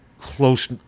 close –